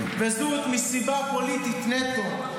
וזאת מסיבה פוליטית נטו.